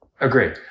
agree